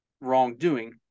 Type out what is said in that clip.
wrongdoing